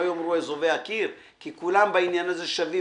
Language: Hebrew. מה יאמרו אזובי הקיר" כי כולם בעניין הזה שווים,